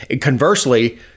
Conversely